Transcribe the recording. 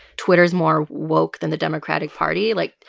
twitter's more woke than the democratic party. like,